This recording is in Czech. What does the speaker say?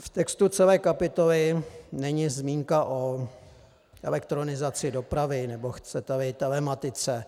V textu celé kapitoly není zmínka o elektronizaci dopravy, nebo chceteli, telematice.